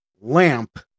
lamp